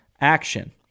action